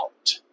out